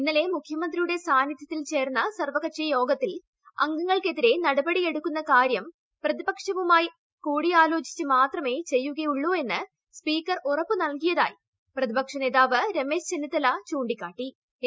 ഇന്നലെ മുഖ്യമന്ത്രിയുടെ സാന്നിധ്യത്തിൽ ചേർന്ന സർവകക്ഷിയോഗത്തിൽ അംഗങ്ങൾക്കെതിരെ നടപടി എടുക്കുന്ന കാര്യം പ്രതിപക്ഷവുമായി കൂടിയാലോചിച്ച് മാത്രമെ ചെയ്യുകയുള്ളൂ എന്ന് സ്പീക്കർ ഉറപ്പു നൽകിയതായി പ്രതിപക്ഷ നേതാവ് രമേശ് ചെന്നിത്തല ചൂണ്ടിക്കാ്ട്ടി